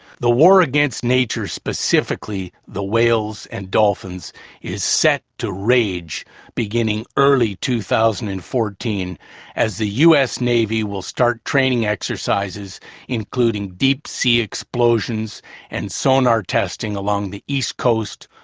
the war against nature specifically the whales and dolphins is set to rage beginning early two thousand and fourteen as the u. s. navy will start training exercises including deepsea explosions and sonar testing along the east coast,